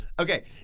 okay